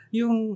yung